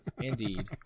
Indeed